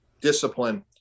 discipline